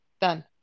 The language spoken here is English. Done